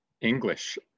English